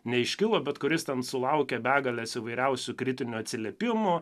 neiškilo bet kuris ten sulaukė begalės įvairiausių kritinių atsiliepimų